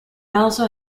also